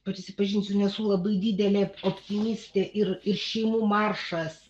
prisipažinsiu nesu labai didelė optimistė ir ir šeimų maršas